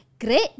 great